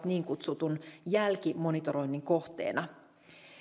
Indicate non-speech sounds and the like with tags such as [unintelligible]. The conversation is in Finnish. [unintelligible] niin kutsutun jälkimonitoroinnin kohteena